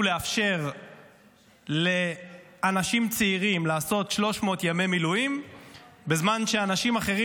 לאפשר לאנשים צעירים לעשות 300 ימי מילואים בזמן שאנשים אחרים